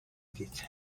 دید